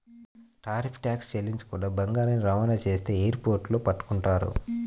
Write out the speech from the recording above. tariff tax చెల్లించకుండా బంగారాన్ని రవాణా చేస్తే ఎయిర్ పోర్టుల్లో పట్టుకుంటారు